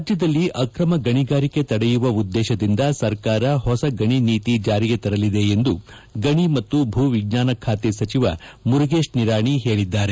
ರಾಜ್ಯದಲ್ಲಿ ಅಕ್ರಮ ಗಣಿಗಾರಿಕೆ ತಡೆಯುವ ಉದ್ದೇಶದಿಂದ ಸರ್ಕಾರ ಹೊಸ ಗಣಿ ನೀತಿ ಜಾರಿಗೆ ತರಲಿದೆ ಎಂದು ಗಣಿ ಮತ್ತು ಭೂ ವಿಜ್ಞಾನ ಖಾತೆ ಸಚಿವ ಮುರುಗೇಶ್ ನಿರಾಣಿ ಹೇಳಿದ್ದಾರೆ